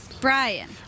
Brian